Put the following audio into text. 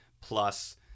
plus